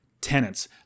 tenants